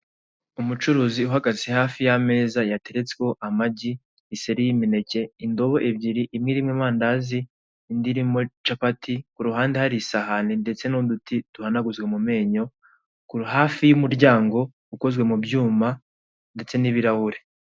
umucucuruzi uhagaze hafi ya meza yateretsweho amagi, iseri y'imineke, indobo ebyiri imwe irimo amandazi indi irimo capati kuruhande hari isahani ndetse n'uduti duhanaguzwa mu menyo hafi y'umuryango ukozwe mu byuma ndetse n'ibirahure.